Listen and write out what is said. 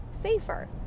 safer